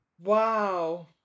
Wow